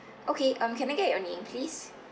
okay um can I get your name please